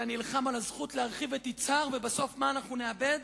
אתה נלחם על הזכות להרחיב את יצהר, ובסוף מה נאבד?